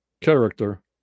character